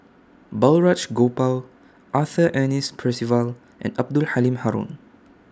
Balraj Gopal Arthur Ernest Percival and Abdul Halim Haron